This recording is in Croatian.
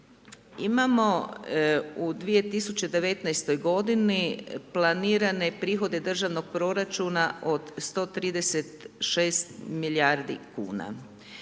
Imamo u 2019. g. planirane prihode državnog proračuna od 136 milijardi kn.